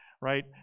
Right